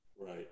Right